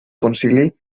concili